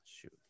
shoot